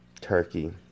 Turkey